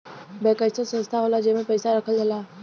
bank अइसन संस्था होला जेमन पैसा रखल जाला